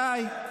די.